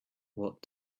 what